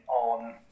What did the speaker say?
on